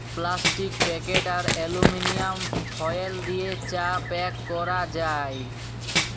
plastic packet আর aluminium foil দিয়ে চা প্যাক ক্যরা যায়